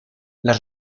las